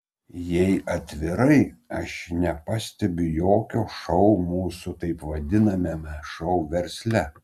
jei atvirai aš nepastebiu jokio šou mūsų taip vadinamame šou versle